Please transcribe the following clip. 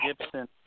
Gibson